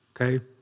okay